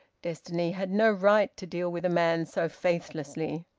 destiny had no right to deal with a man so faithlessly.